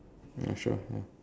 ya sure ya